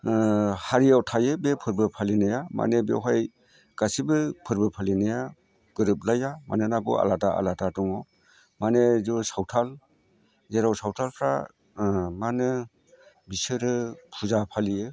हारियाव थायो बे फोरबो फालिनाया माने बेवहाय गासैबो फोरबो फालिनाया गोरोबलाया बयनियाबो आलादा आलादा दङ माने सावथाल जेराव सावथालफ्रा मा होनो बिसोरो फुजा फालियो